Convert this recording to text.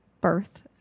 birth